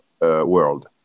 world